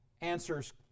answers